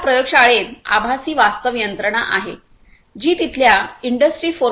या प्रयोगशाळेत आभासी वास्तव यंत्रणा आहे जी तिथल्या इंडस्त्री 4